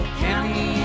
county